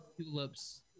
Tulip's